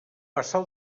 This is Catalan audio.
passar